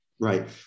Right